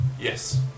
Yes